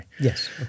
Yes